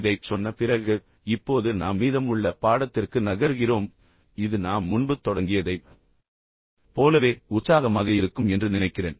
இதைச் சொன்ன பிறகு இப்போது நாம் மீதமுள்ள பாடத்திற்கு நகர்கிறோம் இது நாம் முன்பு தொடங்கியதைப் போலவே உற்சாகமாக இருக்கும் என்று நான் நினைக்கிறேன்